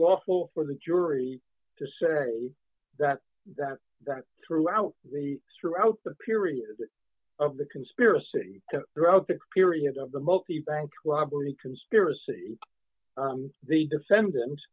lawful for the jury to say that that that throughout the throughout the period of the conspiracy throughout the experience of the multi bank robbery conspiracy the defendant